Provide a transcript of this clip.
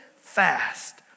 fast